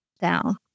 down